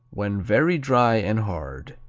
when very dry and hard,